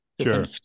Sure